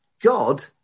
God